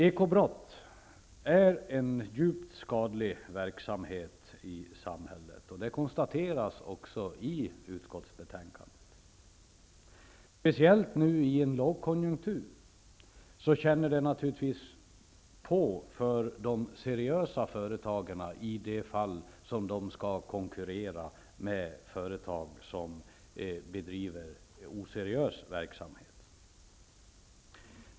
Ekobrott är en djupt skadlig verksamhet i samhället. Det konstateras också i utskottsbetänkandet. Speciellt nu i en lågkonjunktur känner de seriösa företagen av när de skall konkurrera med företag som bedriver oseriös verksamhet.